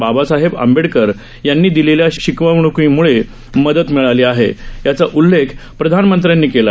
बाबासाहेब आंबेडकर यांनी दिलेल्या शिकवणीमुळे मदत मिळाली आहे याचा उल्लेख प्रधानमंत्र्यांनी केला